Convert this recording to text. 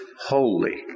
Holy